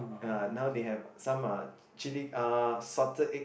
uh now they have some uh chilli uh salted egg